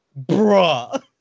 bruh